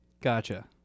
Gotcha